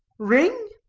ring?